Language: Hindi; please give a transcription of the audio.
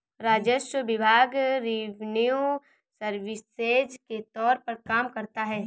राजस्व विभाग रिवेन्यू सर्विसेज के तौर पर काम करता है